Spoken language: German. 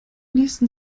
nächsten